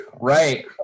right